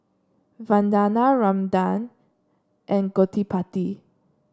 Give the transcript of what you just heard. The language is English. Vandana Ramanand and Gottipati